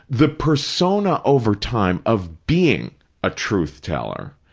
the persona over time of being a truth-teller,